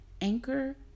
Anchor